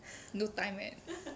no time leh